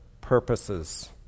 purposes